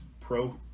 pro